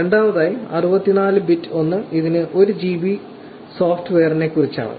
രണ്ടാമതായി 64 ബിറ്റ് ഒന്ന് ഇത് 1 ജിബി സോഫ്റ്റ്വെയറിനെക്കുറിച്ചാണ്